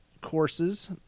courses